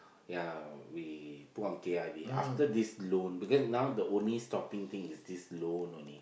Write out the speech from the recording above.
ya we walk kay I V after this loan because now the only stopping thing is this loan only